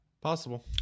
possible